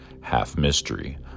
half-mystery